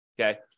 okay